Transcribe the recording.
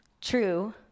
true